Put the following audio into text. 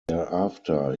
thereafter